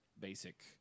basic